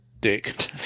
dick